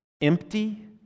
empty